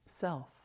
self